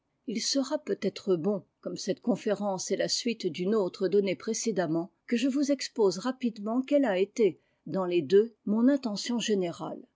il sera peut-être bon comme cette conférence est a suite d'une autre donnée précédemment que e vous expose rapidement quelle a été dans les ndeux mon intention générale